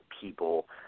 people